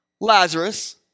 Lazarus